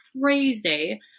crazy